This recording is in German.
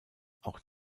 auch